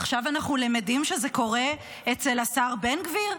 עכשיו אנחנו למדים שזה קורה אצל השר בן גביר,